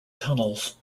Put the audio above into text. tunnels